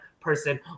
person